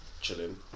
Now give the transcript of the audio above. chilling